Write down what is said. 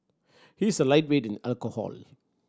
he is a lightweight in alcohol